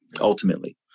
ultimately